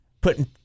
putting